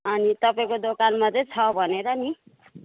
अनि तपाईँको दोकानमा चाहिँ छ भनेर नि